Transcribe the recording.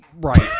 right